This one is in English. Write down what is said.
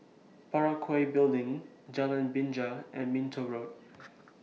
Parakou Building Jalan Binja and Minto Road